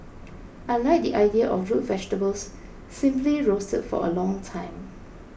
I like the idea of root vegetables simply roasted for a long time